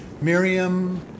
Miriam